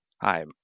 Hi